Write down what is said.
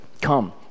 Come